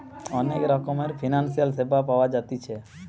অনেক রকমের ফিনান্সিয়াল সেবা পাওয়া জাতিছে